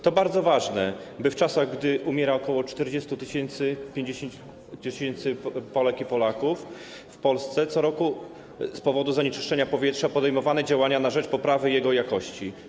To bardzo ważne, by w czasach, gdy w Polsce ok. 40 tys., 50 tys. Polek i Polaków umiera co roku z powodu zanieczyszczenia powietrza, były podejmowane działania na rzecz poprawy jego jakości.